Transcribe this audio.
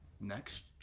next